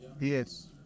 Yes